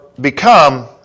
become